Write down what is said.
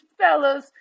fellows